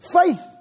Faith